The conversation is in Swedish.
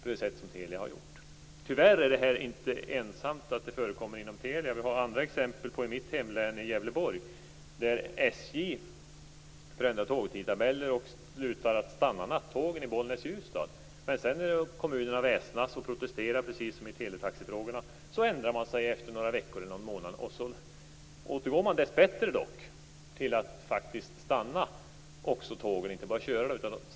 Tyvärr förekommer detta inte bara inom Telia. Det finns andra exempel i mitt hemlän Gävleborg. Där har SJ förändrat tågtidtabeller och slutat att stanna nattågen i Bollnäs-Ljusdal. Men när kommunerna väsnas och protesterar, precis som i teletaxefrågorna, ändrar man sig efter några veckor eller någon månad och återgår dessbättre till att stanna tågen i Bollnäs och Ljusdal och inte bara köra dem förbi.